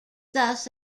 thus